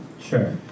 Sure